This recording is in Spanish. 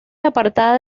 apartada